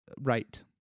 Right